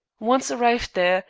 once arrived there,